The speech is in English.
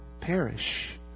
perish